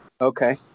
Okay